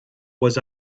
was